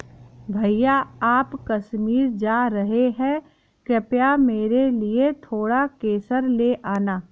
भैया आप कश्मीर जा रहे हैं कृपया मेरे लिए थोड़ा केसर ले आना